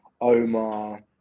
Omar